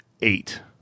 eight